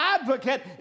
advocate